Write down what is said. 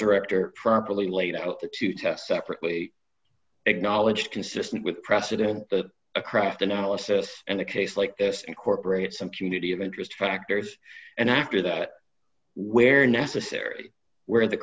director properly laid out the two tests separately acknowledged consistent with precedent the a craft analysis and a case like this incorporate some community of interest factors and after that where necessary where the